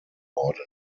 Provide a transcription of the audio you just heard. worden